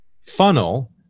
funnel